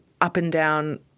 up-and-down